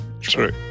True